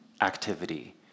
activity